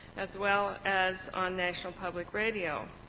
as well as on national public radio.